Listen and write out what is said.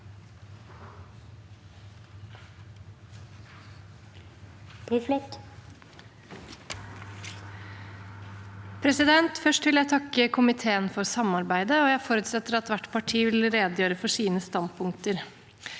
for saken): Først vil jeg takke komiteen for samarbeidet, og jeg forutsetter at hvert parti vil redegjøre for sine standpunkter.